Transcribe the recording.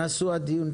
תודה.